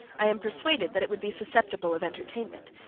i am persuaded that it would be susceptible of entertainment,